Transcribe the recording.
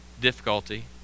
difficulty